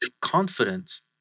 confidence